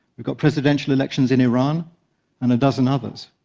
we've got presidential elections in iran and a dozen others.